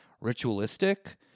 ritualistic